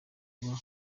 kuba